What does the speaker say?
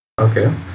okay